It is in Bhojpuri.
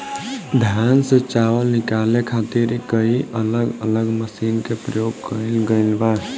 धान से चावल निकाले खातिर कई अलग अलग मशीन के प्रयोग कईल गईल बा